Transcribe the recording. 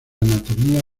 anatomía